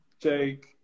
Jake